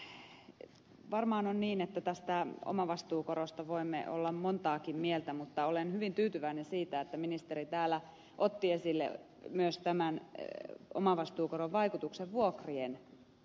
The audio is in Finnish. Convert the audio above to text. varmaan on niin että tästä omavastuukorosta voimme olla montakin mieltä mutta olen hyvin tyytyväinen siitä että ministeri täällä otti esille myös tämän omavastuukoron vaikutuksen vuokrien kohtuullisuuteen